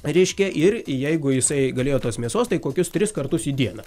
reiškia ir jeigu jisai galėjo tos mėsos tai kokius tris kartus į dieną